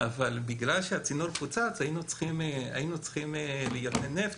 אבל מכיוון שהצינור פוצץ היינו צריכים לייבא נפט